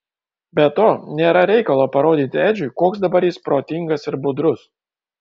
be to nėra reikalo parodyti edžiui koks dabar jis protingas ir budrus